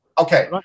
Okay